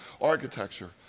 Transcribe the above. architecture